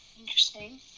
interesting